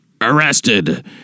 Arrested